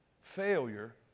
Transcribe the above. Failure